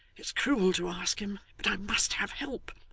it's cruel to ask him, but i must have help.